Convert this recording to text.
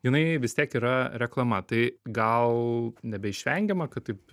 jinai vis tiek yra reklama tai gal nebeišvengiama kad taip